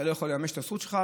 אתה לא יכול ממש את הזכות שלך,